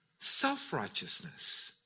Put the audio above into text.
self-righteousness